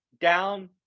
down